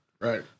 right